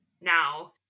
now